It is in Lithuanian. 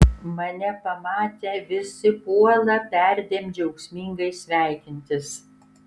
mane pamatę visi puola perdėm džiaugsmingai sveikintis